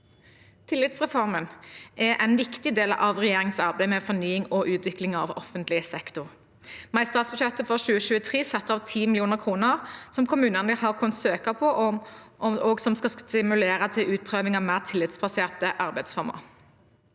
Tillitsreformen er en viktig del av regjeringens arbeid med fornying og utvikling av offentlig sektor. Vi har i statsbudsjettet for 2023 satt av 10 mill. kr, som kommunene har kunnet søke på, og som skal stimulere til utprøving av mer tillitsbaserte arbeidsformer.